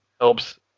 helps